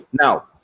Now